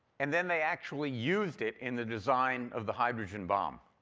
and then they actually used it in the design of the hydrogen bomb.